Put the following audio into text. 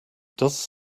does